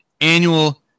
annual